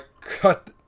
cut